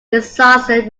disaster